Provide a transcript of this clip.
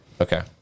Okay